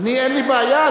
אין לי בעיה,